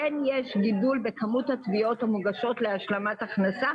יש גידול בכמות התביעות המוגשות להשלמת הכנסה